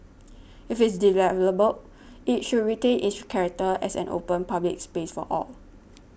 if it's it should retain its character as an open public space for all